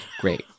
Great